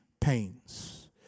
pains